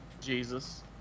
Jesus